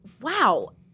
wow